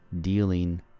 dealing